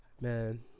Man